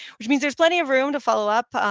which means there's plenty of room to follow up.